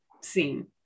seen